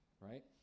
Right